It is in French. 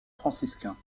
franciscains